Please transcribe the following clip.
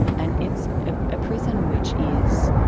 and it's ah a prison which is,